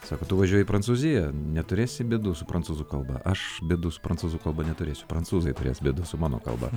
sako tu važiuoji į prancūziją neturėsi bėdų su prancūzų kalba aš bėdų su prancūzų kalba neturėsiu prancūzai turės bėdų su mano kalba